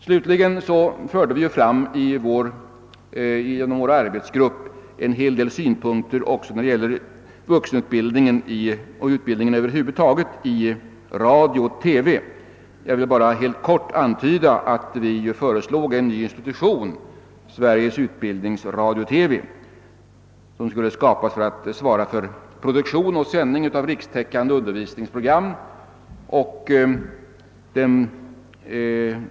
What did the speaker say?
Slutligen förde vi inom arbetsgruppen fram en hel del synpunkter både på vuxenutbildningen och på utbildningen över huvud taget i radio och TV. Jag vill bara helt kort påminna om att vi föreslog en helt ny institution, Sveriges utbildningsradio—TV, som skulle svara för produktion och sändning av rikstäckande undervisningsprogram.